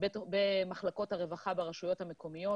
במחלקות הרווחה ברשויות המקומיות,